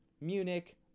munich